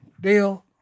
deal